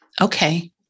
Okay